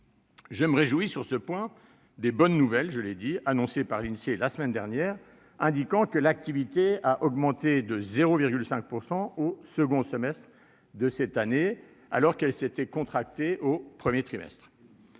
Je me réjouis, sur ce point, des bonnes nouvelles annoncées par l'Insee la semaine dernière indiquant que l'activité avait augmenté de 0,5 % au deuxième trimestre 2022, alors qu'elle s'était contractée au premier trimestre.